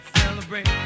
celebrate